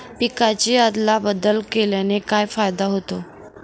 पिकांची अदला बदल केल्याने काय फायदा होतो?